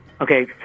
Okay